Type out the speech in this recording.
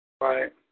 Right